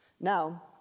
Now